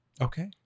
Okay